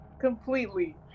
completely